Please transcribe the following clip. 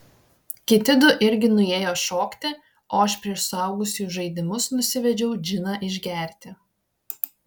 kiti du irgi nuėjo šokti o aš prieš suaugusiųjų žaidimus nusivedžiau džiną išgerti